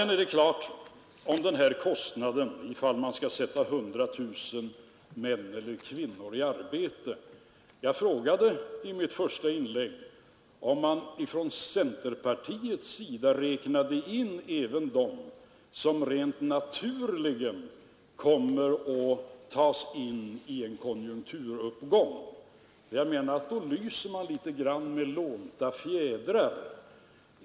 När det gäller kostnaden för att sätta 100 000 män eller kvinnor i arbete frågade jag i mitt första inlägg om man från centerpartiets sida räknade in även den naturliga rekrytering som blir följden av en konjunkturuppgång. Jag menar att man i så fall lyser med lånta fjädrar.